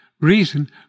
reason